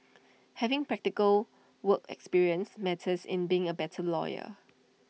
having practical work experience matters in being A better lawyer